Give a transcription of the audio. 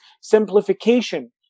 simplification